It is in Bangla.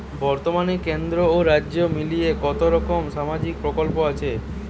বতর্মানে কেন্দ্র ও রাজ্য মিলিয়ে কতরকম সামাজিক প্রকল্প আছে?